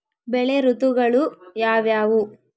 ಬೆಳೆ ಋತುಗಳು ಯಾವ್ಯಾವು?